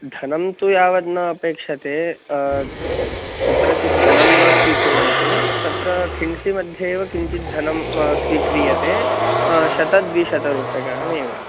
धनं तु यावद् न अपेक्षते कुत्रचिद्धनं न स्विकुर्वन्ति तत्र खिन्सि मध्ये एव किञ्चिद्धनं स्विक्रीयते शतद्विशतरूप्यकाणमेव